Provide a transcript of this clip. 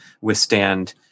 withstand